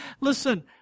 Listen